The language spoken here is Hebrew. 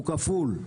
הוא כפול.